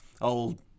old